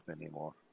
anymore